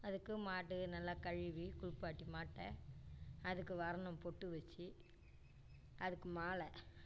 அதுக்கு மாட்டுக்கு நல்லா கழுவி குளிப்பாட்டி மாட்டை அதுக்கு வண்ணம் பொட்டு வச்சு அதுக்கு மாலை